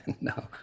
No